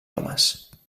homes